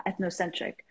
ethnocentric